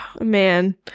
man